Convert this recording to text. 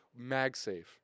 magsafe